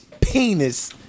penis